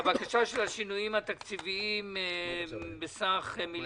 בקשה של השינויים התקציביים בסך 1.985